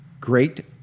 great